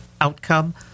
outcome